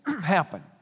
happen